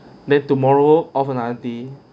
then tomorrow off another day